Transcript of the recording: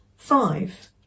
five